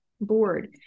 board